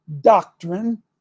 Doctrine